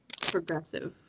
progressive